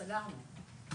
סגרנו.